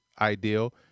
ideal